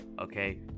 okay